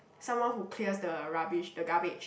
someone who clears the rubbish the garbage